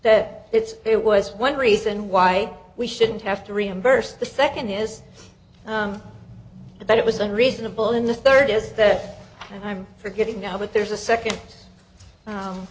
that it's it was one reason why we shouldn't have to reimburse the second is that it was unreasonable in the third is that i'm forgetting now that there's a second